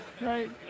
Right